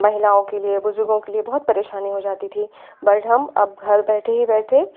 महिलाओं के लिए बुज़ुर्गों के लिए बहुत परेशानी हो जाती थी बट हम अब घर बैठे ही बैठे